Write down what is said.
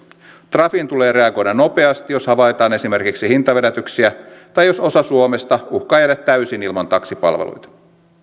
trafin tulee reagoida nopeasti jos havaitaan esimerkiksi hintavedätyksiä tai jos osa suomesta uhkaa jäädä täysin ilman taksipalveluita